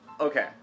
okay